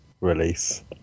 release